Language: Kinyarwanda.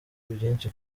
ibyinshi